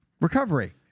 recovery